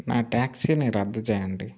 నా ట్యాక్సీని రద్దు చేయండి